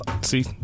See